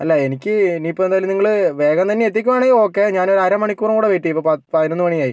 അല്ല എനിക്ക് ഇനി ഇപ്പം എന്തായാലും നിങ്ങള് വേഗം തന്നെ എത്തിക്കുകയാണെങ്കിൽ ഓക്കെ ഞാന് അരമണിക്കൂറ് കൂടെ വെയിറ്റ് ചെയ്യും ഇപ്പം പത്ത് പതിനൊന്ന് മണിയായി